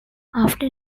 after